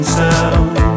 sound